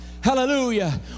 hallelujah